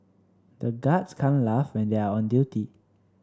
the guards can't laugh when they are on duty